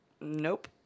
nope